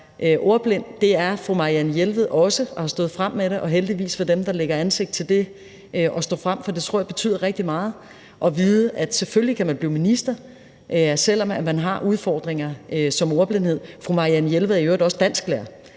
ordblind. Det er fru Marianne Jelved også og har stået frem med det. Og gudskelov for dem, der sætter ansigt på og står frem, for jeg tror, det betyder rigtig meget at vide, at man selvfølgelig kan blive minister, selv om man har udfordringer med ordblindhed. Fru Marianne Jelved er i øvrigt også dansklærer.